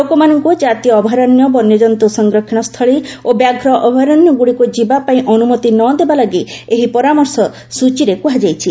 ଲୋକମାନଙ୍କୁ ଜାତୀୟ ଅଭୟାରଣ୍ୟ ବଣ୍ୟଜନ୍ତୁ ସଂରକ୍ଷଣ ସ୍ଥଳୀ ଓ ବ୍ୟାଘ୍ର ଅଭୟାରଣ୍ୟଗୁଡ଼ିକୁ ଯିବାପାଇଁ ଅନୁମତି ନ ଦେବା ଲାଗି ଏହି ପରାମର୍ଶ ସୂଚୀରେ କୁହାଯାଇଛି